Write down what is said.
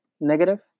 negative